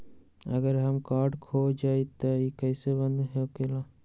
अगर हमर कार्ड खो जाई त इ कईसे बंद होकेला?